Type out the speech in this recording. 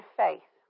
faith